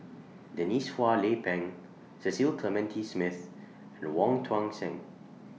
Denise Phua Lay Peng Cecil Clementi Smith and Wong Tuang Seng